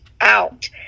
out